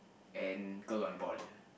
and girl on ball